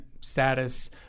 status